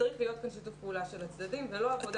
צריך להיות כאן שיתוף פעולה של הצדדים ולא עבודה